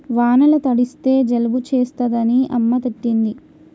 వానల తడిస్తే జలుబు చేస్తదని అమ్మ తిట్టింది